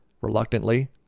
Reluctantly